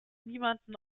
niemanden